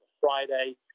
Friday